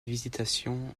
visitation